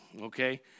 Okay